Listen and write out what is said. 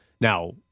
Now